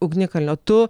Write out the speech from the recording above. ugnikalnio tu